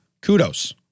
kudos